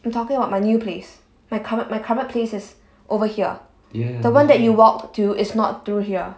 I'm talking about my new place my curren~ my current place is over here the one that you walked too is not through here